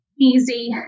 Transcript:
easy